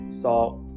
salt